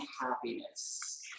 happiness